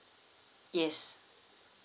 yes